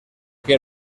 que